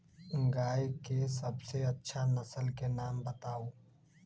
गाय के सबसे अच्छा नसल के नाम बताऊ?